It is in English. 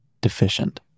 deficient